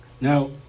now